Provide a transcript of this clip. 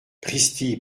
pristi